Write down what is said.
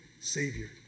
savior